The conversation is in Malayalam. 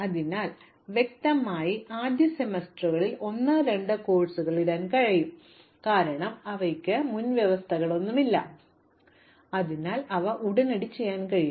അതിനാൽ വ്യക്തമായി എനിക്ക് ആദ്യ സെമസ്റ്ററിൽ 1 2 കോഴ്സുകൾ ഇടാൻ കഴിയും കാരണം അവയ്ക്ക് മുൻവ്യവസ്ഥകളൊന്നുമില്ല അതിനാൽ അവ ഉടനടി ചെയ്യാൻ കഴിയും